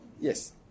Yes